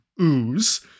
ooze